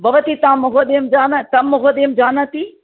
भवती तं महोदयं जाना तं महोदयं जानाति